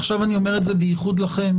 עכשיו אני אומר את זה בייחוד לכם,